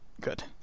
Good